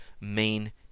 main